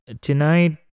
tonight